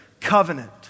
Covenant